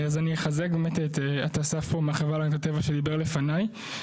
אני אחזק באמת את אסף מהחברה להגנת הטבע שדיבר לפניי.